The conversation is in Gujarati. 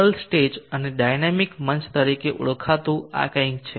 સિંગલ સ્ટેજ અને ડાયનામિક મંચ તરીકે ઓળખાતું કંઈક છે